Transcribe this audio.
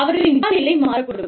அவர்களின் விசா நிலை மாறக்கூடும்